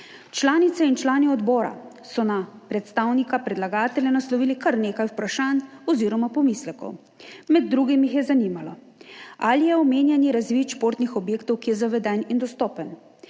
Članice in člani odbora so na predstavnika predlagatelja naslovili kar nekaj vprašanj oziroma pomislekov. Med drugim jih je zanimalo, ali je omenjeni razvid športnih objektov, ki je zaveden in dostopen,